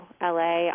la